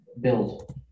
build